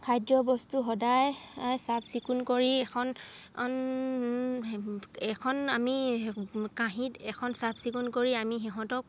খাদ্য বস্তু সদায় চাফ চিকুণ কৰি এখন এখন আমি কাঁহীত এখন চাফ চিকুণ কৰি আমি সিহঁতক